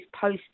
post